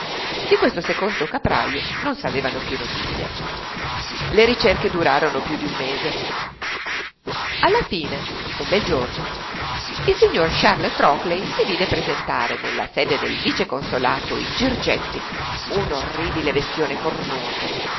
di questo secondo caprajo non s'avevano più notizie le ricerche durarono più d'un mese alla fine un bel giorno il signor charles trockley si vide presentare nella sede del vice-consolato in girgenti un orribile bestione cornuto